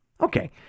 Okay